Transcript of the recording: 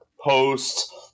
post